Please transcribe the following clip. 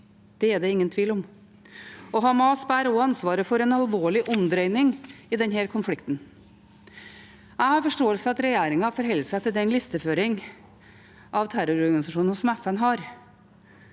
det er det ingen tvil om. Hamas bærer også ansvaret for en alvorlig omdreining i denne konflikten. Jeg har forståelse for at regjeringen forholder seg til den listeføring av terrororganisasjoner som FN har,